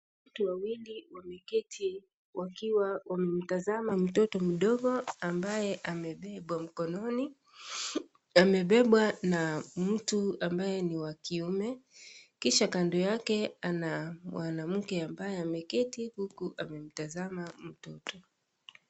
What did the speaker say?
Watu wawili wameketi wakiwa wametazama mtoto mdogo ambaye amebebwa mkononi, amebebwa na mtu ambaye ni wa kiume kisha. Kkando yake ana mwanamke ambaye ameketi huku amemtazama mtu.